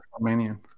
Romanian